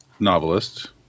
Novelist